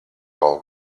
all